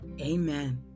amen